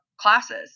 classes